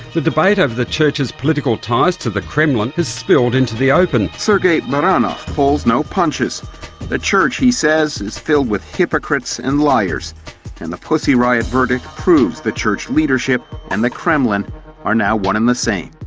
the debate over the church's political ties to the kremlin has spilled into the open. sergei baranov pulls no punches the church, he says, is filled with hypocrites and liars and the pussy riot verdict proves the church leadership and the kremlin are now one and the same.